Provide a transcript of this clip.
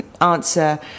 answer